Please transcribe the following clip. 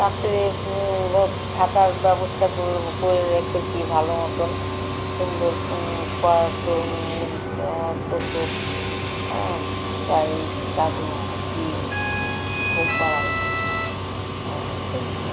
তাতে থাকার ব্যবস্থা করে রেখেছি ভালো মতন সুন্দর শোয়ার তোষক হ্যাঁ গায়ে চাদর দিয়ে ঘুম পাড়ায় হ্যাঁ ঘুমিয়ে পড়ে